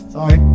Sorry